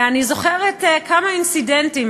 ואני זוכרת כמה אינצידנטים.